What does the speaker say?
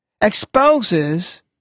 exposes